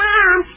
Mom